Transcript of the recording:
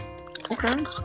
Okay